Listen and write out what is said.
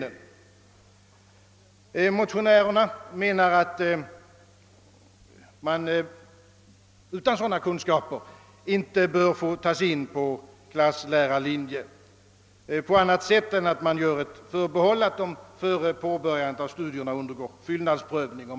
Vi motionärer anser, att sökande utan sådana kunskaper inte bör få tas in på klasslärarlinje annat än om man gör ett förbehåll att vederbörande före påbörjandet av studierna undergår fyllnadsprövning.